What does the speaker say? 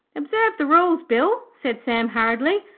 observe the rules, bill said sam hurriedly.